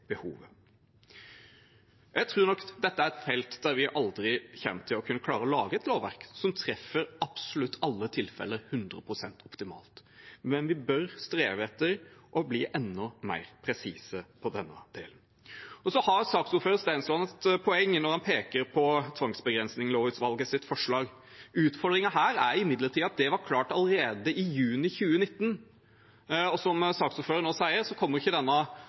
behovet. Jeg tror dette er et felt der vi aldri kommer til å kunne klare å lage et lovverk som treffer absolutt alle tilfeller 100 pst. Men vi bør streve etter å bli enda mer presis på denne delen. Saksordfører Stensland har også et poeng når han peker på tvangslovutvalgets forslag. Utfordringen her er imidlertid at det var klart allerede i juni 2019, og som saksordføreren nå sier, kommer ikke denne lovproposisjonen til å være klar i løpet av denne stortingsperioden – altså kommer